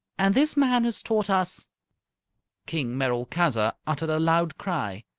and this man has taught us king merolchazzar uttered a loud cry.